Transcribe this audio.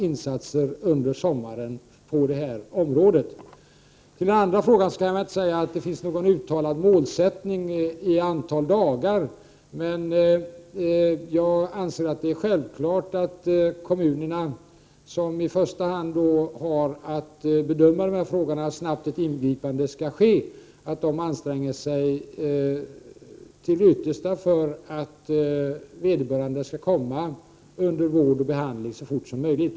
Jag vill med anledning av den andra frågan säga att det inte finns någon uttalad målsättning i antal dagar, men att jag anser att det är självklart att kommunerna, som är de organ som i första hand har att bedöma dessa frågor när ett ingripande snabbt skall göras, anstränger sig till det yttersta för att Prot. 1988/89:122 vederbörande skall komma under vård och behandling så fort som möjligt.